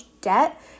debt